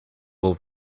will